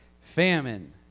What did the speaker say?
famine